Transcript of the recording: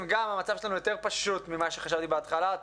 המצב שלנו יותר פשוט ממה שחשבתי בהתחלה.